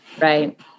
Right